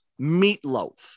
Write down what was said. meatloaf